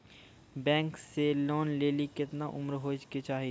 Bank से loan लेली केतना उम्र होय केचाही?